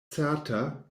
certa